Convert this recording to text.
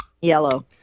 Yellow